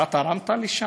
אתה תרמת לשם?